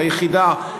היחידה,